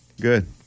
Good